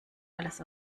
alles